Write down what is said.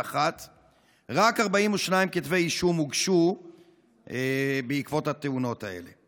ורק 42 כתבי אישום הוגשו בעקבות התאונות האלה.